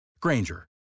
Granger